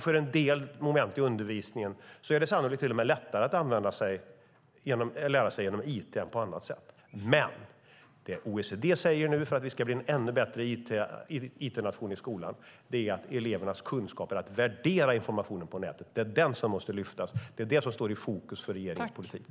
För en del moment i undervisningen är det sannolikt till och med lättare att lära sig genom it än på annat sätt. Men det OECD säger nu, för att vi ska bli en ännu bättre it-nation i skolan, är att elevernas kunskaper att värdera informationen på nätet är det som måste lyftas upp, och det står i fokus för regeringens politik.